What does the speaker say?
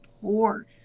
poor